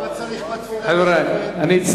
אנחנו רוצים להבין אותך נכון.